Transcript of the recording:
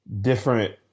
different